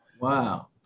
Wow